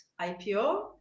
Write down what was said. IPO